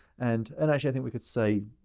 and and actually, i think we could say,